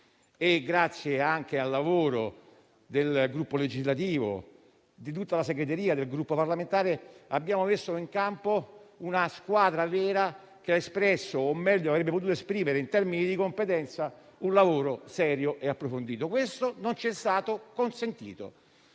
Grazie anche al lavoro del gruppo legislativo e di tutta la segreteria del Gruppo parlamentare, abbiamo messo in campo una squadra vera che ha espresso o meglio avrebbe potuto esprimere in termini di competenza, un lavoro serio e approfondito. Questo non c'è stato consentito,